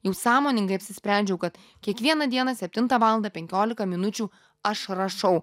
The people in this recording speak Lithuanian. jau sąmoningai apsisprendžiau kad kiekvieną dieną septintą valandą penkiolika minučių aš rašau